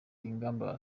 ingamba